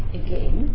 again